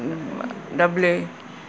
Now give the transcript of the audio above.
W